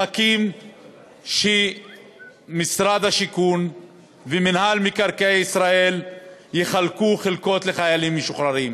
מחכים שמשרד השיכון ומינהל מקרקעי ישראל יחלקו חלקות לחיילים משוחררים,